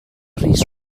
rhys